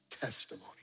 testimony